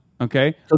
Okay